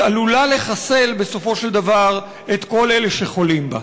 היא עלולה לחסל בסופו של דבר את כל אלה שחולים בה.